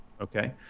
Okay